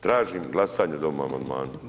Tražim glasanje o ovom amandmanu.